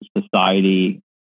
society